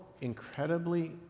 incredibly